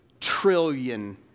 trillion